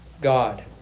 God